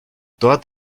dort